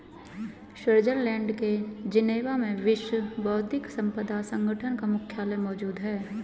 Switzerland के Geneva में विश्व बौद्धिक संपदा संगठन का मुख्यालय मौजूद है